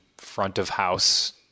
front-of-house